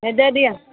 हे दे दिऔ